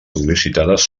sol·licitades